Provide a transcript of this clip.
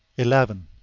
eleven.